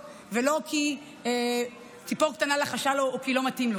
ולא כי ציפור קטנה לחשה לו או כי לא מתאים לו.